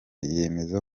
yemeza